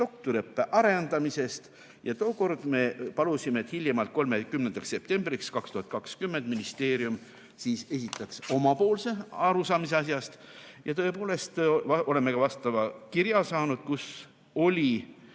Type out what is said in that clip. doktoriõppe arendamisest ja tookord me palusime, et hiljemalt 30. septembriks 2020 ministeerium esitaks omapoolse arusaamise asjast. Ja tõepoolest, oleme saanud ka kirja, kus olid